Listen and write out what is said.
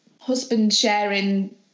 husband-sharing